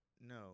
No